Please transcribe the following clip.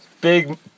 Big